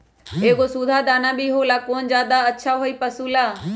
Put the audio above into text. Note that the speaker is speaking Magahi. एगो सुधा दाना भी होला कौन ज्यादा अच्छा होई पशु ला?